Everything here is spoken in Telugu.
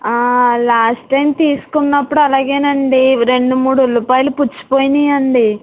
లాస్ట్ టైమ్ తీసుకున్నప్పుడు అలాగే అండి రెండు మూడు ఉల్లిపాయలు పుచ్చి పోయినాయి అండి